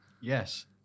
Yes